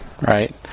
right